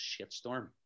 shitstorm